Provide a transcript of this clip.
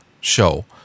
show